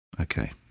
Okay